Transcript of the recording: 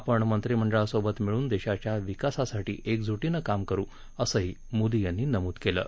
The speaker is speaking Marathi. आपण मंत्रिमंडळासोबत मिळून देशाच्या विकासासाठी एकजुटीनं काम करू असंही मोदी यांनी नमूद केलं आहे